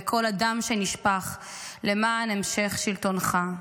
וכל הדם שנשפך למען המשך שלטונך?